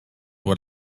what